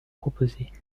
proposés